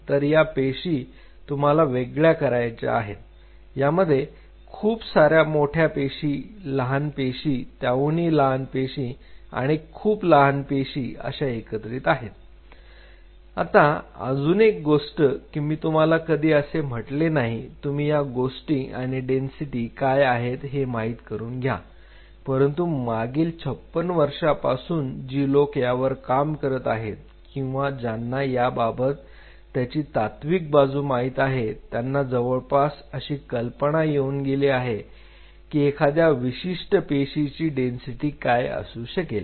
तर या पेशी तुम्हाला वेगळ्या करायचा आहेत यामध्ये खूप सार्या मोठ्या पेशी लहान पेशी त्याहूनही लहान पेशी आणि खूप लहान पेशी अशा एकत्रित आहे आता अजून एक गोष्ट की मी तुम्हाला कधी असे म्हटले नाही तुम्ही जा आणि डेन्सिटी काय आहेत हे माहीत करून घ्या परंतु मागील 56 वर्षापासून जी लोक यावर काम करत आहेत किंवा ज्यांना याबाबत त्याची तात्विक बाजू माहित आहे त्यांना जवळपास अशी कल्पना येऊन गेली आहे की एखाद्या विशिष्ट पेशीची डेन्सिटी काय असू शकेल